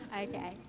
Okay